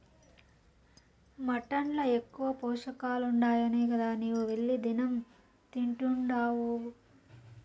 mutton ల ఎక్కువ పోషకాలుండాయనే గదా నీవు వెళ్లి దినం తింటున్డావు